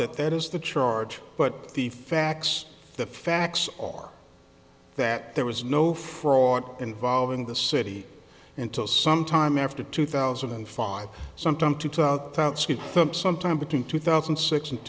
that that is the charge but the facts the facts are that there was no fraud involving the city until some time after two thousand and five sometime to them sometime between two thousand and six and